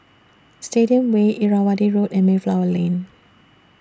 Stadium Way Irrawaddy Road and Mayflower Lane